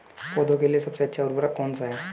पौधों के लिए सबसे अच्छा उर्वरक कौन सा है?